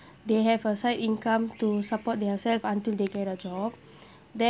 they have a side income to support their self until they get a job then